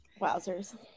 Wowzers